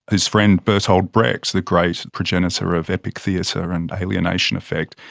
his friend, bertolt brecht, the great progenitor of epic theatre and alienation effect,